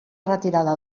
retirada